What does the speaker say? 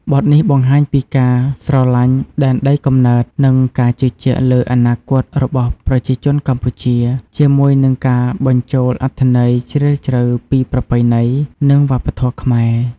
បទនេះបង្ហាញពីការស្រឡាញ់ដែនដីកំណើត និងការជឿជាក់លើអនាគតរបស់ប្រជាជនកម្ពុជា ជាមួយនឹងការបញ្ចូលអត្ថន័យជ្រាលជ្រៅពីប្រពៃណី និងវប្បធម៌ខ្មែរ។